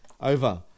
over